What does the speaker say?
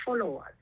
followers